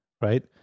right